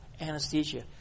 anesthesia